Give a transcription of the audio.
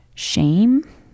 shame